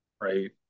right